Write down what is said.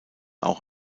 auch